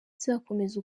kizakomeza